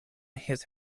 his